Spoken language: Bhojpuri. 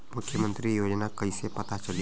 मुख्यमंत्री योजना कइसे पता चली?